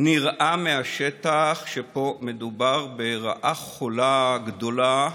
נראה מהשטח שפה מדובר ברעה חולה גדולה,